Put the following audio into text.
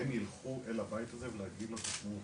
הם ילכו אל הבית הזה להגיד לו, תשמעו,